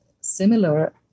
similar